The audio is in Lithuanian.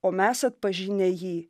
o mes atpažinę jį